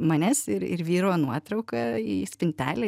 manęs ir ir vyro nuotrauką į spintelę